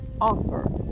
offer